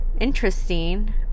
interesting